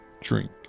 drink